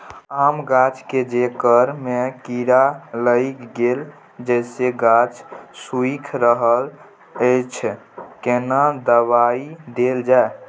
आम गाछ के जेकर में कीरा लाईग गेल जेसे गाछ सुइख रहल अएछ केना दवाई देल जाए?